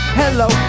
hello